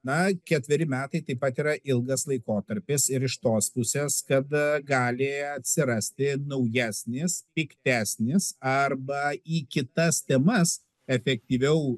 na ketveri metai taip pat yra ilgas laikotarpis ir iš tos pusės kad gali atsirasti naujesnis piktesnis arba į kitas temas efektyviau